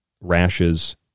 rashes